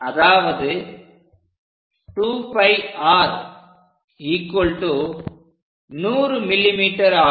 அதாவது 2πr 100mm ஆகும்